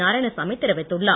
நாராயணசாமி தெரிவித்துள்ளார்